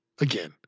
Again